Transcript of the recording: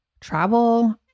travel